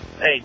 Hey